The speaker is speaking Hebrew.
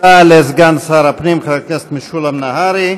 תודה רבה לסגן שר הפנים חבר הכנסת משולם נהרי.